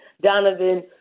Donovan